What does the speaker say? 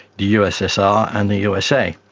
the ussr and the usa.